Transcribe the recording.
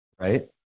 right